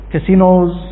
Casinos